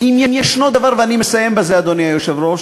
אני מסיים בזה, אדוני היושב-ראש.